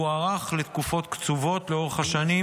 והוארך לתקופות קצובות לאורך השנים,